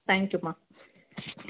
தேங்க்யூம்மா